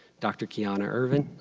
dr. keona ervin,